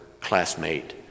classmate